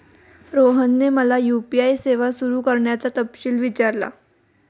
रोहनने मला यू.पी.आय सेवा सुरू करण्याचा तपशील विचारला